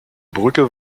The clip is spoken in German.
brücke